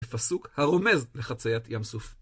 פסוק הרומז לחציית ים סוף.